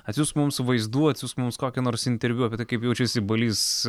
atsiųs mums vaizdų atsiųs mums kokį nors interviu apie tai kaip jaučiasi balys